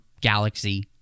galaxy